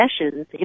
sessions